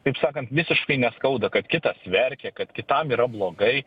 taip sakant visiškai neskauda kad kitas verkia kad kitam yra blogai